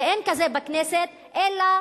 ואין כזה בכנסת אלא